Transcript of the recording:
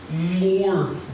more